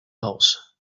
pose